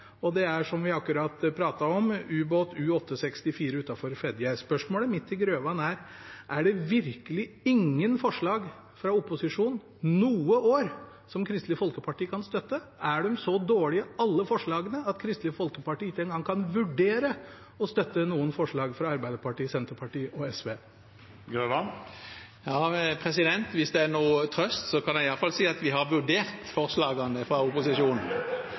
og det er, som vi akkurat pratet om, ubåten «U-864» utenfor Fedje. Spørsmålet mitt til Grøvan er: Er det virkelig ingen forslag fra opposisjonen – noe år – som Kristelig Folkeparti kunne støtte? Er alle forslagene fra Arbeiderpartiet, Senterpartiet og SV så dårlige at Kristelig Folkeparti ikke engang kan vurdere å støtte noen av dem? Hvis det er noen trøst, kan jeg i hvert fall si at vi har vurdert forslagene fra opposisjonen